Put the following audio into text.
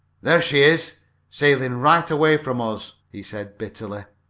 there she is sailin' right away from us! he said bitterly.